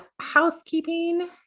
housekeeping